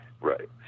Right